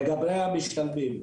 לגבי המשתלמים,